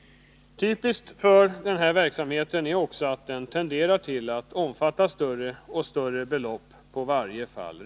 Typiskt för denna verksamhet är också att den tenderar att omfatta större och större belopp räknat på varje fall.